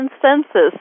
consensus